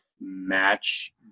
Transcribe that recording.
match